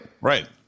Right